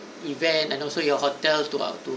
event and also your hotel to our to